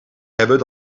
hebben